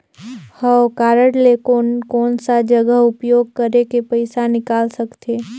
हव कारड ले कोन कोन सा जगह उपयोग करेके पइसा निकाल सकथे?